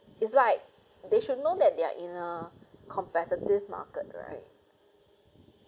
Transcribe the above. it's like they should know that they are in a competitive market right